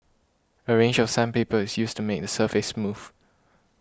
a range of sandpaper is used to make the surface smooth